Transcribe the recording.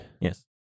Yes